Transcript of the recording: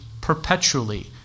perpetually